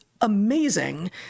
amazing